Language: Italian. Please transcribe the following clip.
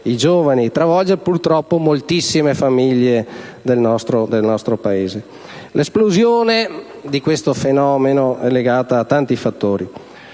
giovani, purtroppo moltissime famiglie del nostro Paese. L'esplosione di questo fenomeno è legata a tanti fattori,